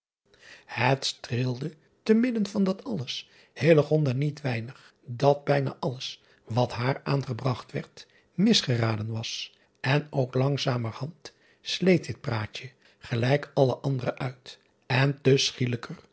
et streelde te midden van dat alles niet weinig dat bijna alles wat haar aangebragt werd misgeraden was en ook langzamerhand sleet dit praatje gelijk alle andere uit en te schielijker